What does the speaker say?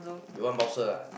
you want bouncer ah